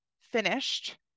finished